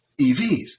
evs